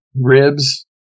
ribs